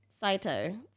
Saito